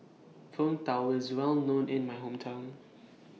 Png Tao IS Well known in My Hometown